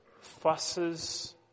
fusses